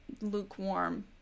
lukewarm